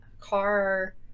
car